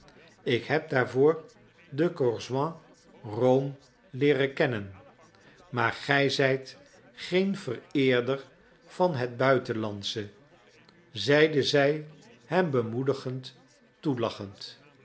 ik heb daarvoor de corsoin rome leeren kennen maar gij zijt geen vereerder van het buitenlandsche zeide zij hem bemoedigend toelachend